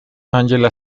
angela